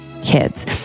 kids